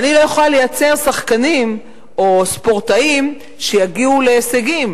אבל אני לא יכולה לייצר שחקנים או ספורטאים שיגיעו להישגים.